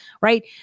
right